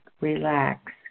relax